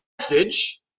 message